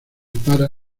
para